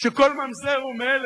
שכל ממזר הוא מלך,